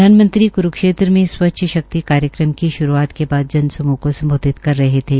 प्रधानमंत्री ने क्रूक्षेत्र में स्वच्छ शक्ति कार्यक्रम की श्रूआत के बाद जन समूह को सम्बोधित कर रहे थे